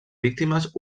víctimes